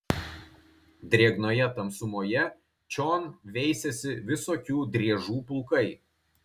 drėgnoje tamsumoje čion veisėsi visokių driežų pulkai